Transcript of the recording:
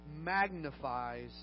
magnifies